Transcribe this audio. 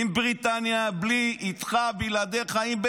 עם בריטניה או בלי,